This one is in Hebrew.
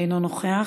אינו נוכח,